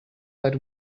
that